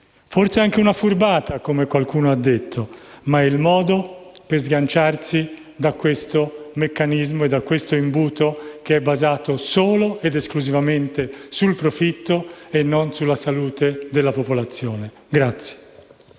forse anche una furbata, come qualcuno ha detto, ma è un modo per sganciarsi da questo meccanismo basato solo ed esclusivamente sul profitto e non sulla salute della popolazione.